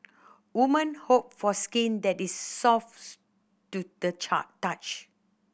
women hope for skin that is soft to the touch